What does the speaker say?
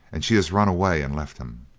and she has run away and left him.